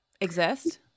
exist